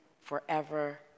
forever